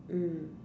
mm